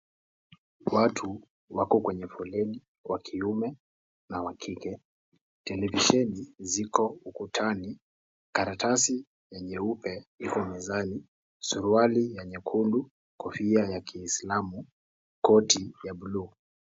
K una watu wako kwenye foleni, wakiume na wakike. Television, Ziko Ukutani, Karatasi nyeupe iko mezani, Surwali ya nyekundu, Kofia ya kiIslamu, Koti ya buluu.